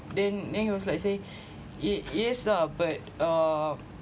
then they was like say it is uh but uh